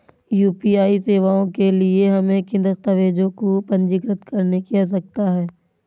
UPI सेवाओं के लिए हमें किन दस्तावेज़ों को पंजीकृत करने की आवश्यकता है?